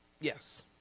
Yes